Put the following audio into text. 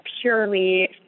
purely